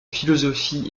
philosophie